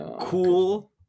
cool